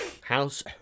House